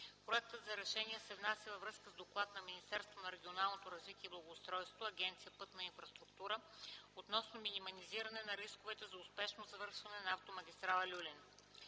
Проектът за решение се внася във връзка с доклад на Министерството на регионалното развитие и благоустройството – Агенция „Пътна инфраструктура”, относно минимизирането на рисковете за успешното завършване на Автомагистрала „Люлин”.